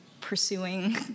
pursuing